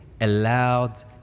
allowed